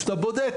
אתה בודק